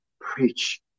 Preach